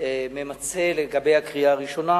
ממצה לגבי הקריאה הראשונה,